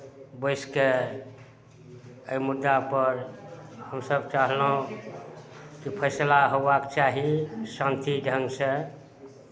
बैसि कऽ एहि मुद्दापर हमसभ चाहलहुँ कि फैसला होयवाक चाही शान्ति ढङ्गसँ